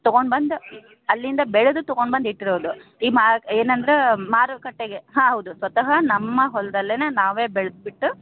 ತೊಗೊಂಡು ಬಂದು ಅಲ್ಲಿಂದ ಬೆಳೆದ್ ತೊಗೊಂಬಂದು ಇಟ್ಟಿರೋದು ಈ ಮಾರ್ಕ್ ಏನಂದ್ರೆ ಮಾರುಕಟ್ಟೆಗೆ ಹಾಂ ಹೌದು ಸ್ವತಃ ನಮ್ಮ ಹೊಲ್ದಲ್ಲೆ ನಾವೇ ಬೆಳೆದ್ಬಿಟ್ಟು